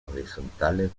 horizontales